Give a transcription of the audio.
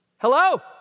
Hello